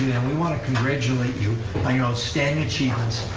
we want to congratulate you on your outstanding achievements.